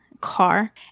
car